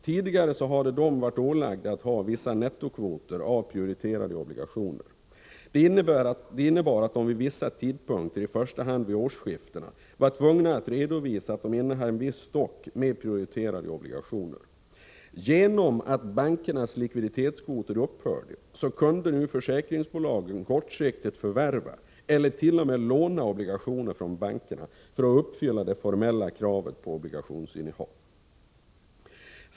Tidigare hade de varit ålagda att ha vissa nettokvoter av prioriterade obligationer. Det innebar att de vid vissa tidpunkter, i första hand vid årsskiftena, var tvungna att redovisa att de innehade en viss stock med prioriterade obligationer. Genom att bankernas likviditetskvoter upphörde kunde försäkringsbolagen kortsiktigt förvärva eller t.o.m. låna obligationer från bankerna för att uppfylla det formella kravet på obligationsinnehav.